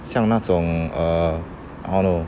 像那种 err how to